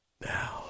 now